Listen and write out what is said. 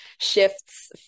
shifts